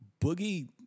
Boogie